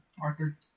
Arthur